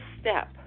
step